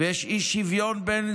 ויש אי-שוויון מגדרי ויש אי-שוויון בין